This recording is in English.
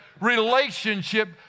relationship